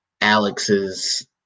Alex's